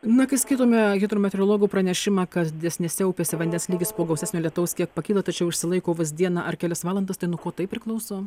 na kai skaitome hidrometeorologų pranešimą kad didesnėse upėse vandens lygis po gausesnio lietaus kiek pakyla tačiau išsilaiko vos dieną ar kelias valandas tai nuo ko tai priklauso